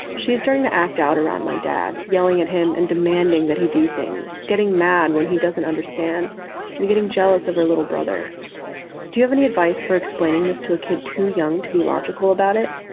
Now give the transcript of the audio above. she is starting to act out around my dad yelling at him and demanding that he do things getting mad when he doesn't understand and getting jealous of her little brother do you have any advice for explaining this to a kid too young to be logical about it.